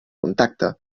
contacte